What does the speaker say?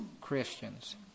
Christians